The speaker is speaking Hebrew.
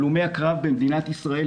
הלומי הקרב במדינת ישראל,